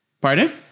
Pardon